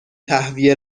تهویه